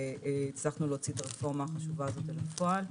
ולהוציא את הרפורמה החשובה הזאת אל הפועל,